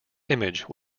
image